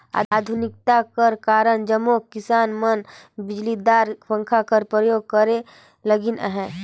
आधुनिकता कर कारन अब जम्मो किसान मन बिजलीदार पंखा कर परियोग करे लगिन अहे